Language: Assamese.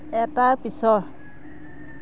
এটাৰ পিছৰ